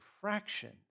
fraction